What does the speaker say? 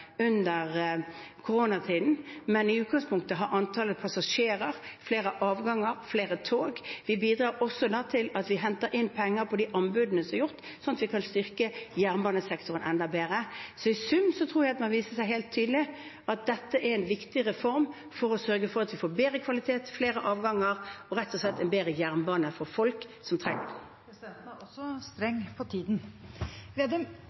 koronatiden, men i utgangspunktet har antallet passasjerer økt, det er flere avganger, flere tog. Vi bidrar også til at vi henter inn penger på de anbudene som er gjort, slik at vi kan styrke jernbanesektoren enda mer. Så i sum tror jeg det vil vise seg helt tydelig at dette er en viktig reform for å sørge for at vi får bedre kvalitet, flere avganger – rett og slett en bedre jernbane for folk som trenger det. Presidenten er også